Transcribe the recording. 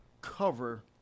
cover